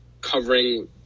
covering